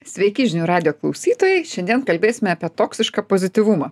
sveiki žinių radijo klausytojai šiandien kalbėsime apie toksišką pozityvumą